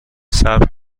صبر